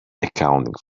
accounting